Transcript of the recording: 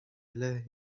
эле